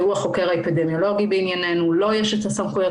החוקר האפידמיולוגי בענייננו ולו יש את הסמכויות